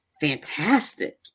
fantastic